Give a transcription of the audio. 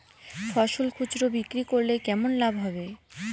ফসল খুচরো বিক্রি করলে কেমন লাভ হবে?